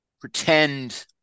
pretend